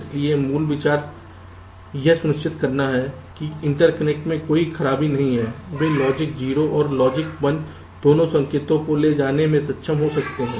इसलिए मूल विचार यह सुनिश्चित करना है कि इंटरकनेक्ट में कोई खराबी नहीं है और वे लॉजिक 0 और लॉजिक 1 दोनों संकेतों को ले जाने में सक्षम हो सकते हैं